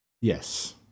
Yes